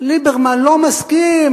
ליברמן לא מסכים,